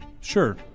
Sure